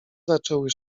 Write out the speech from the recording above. zaczęły